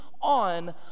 on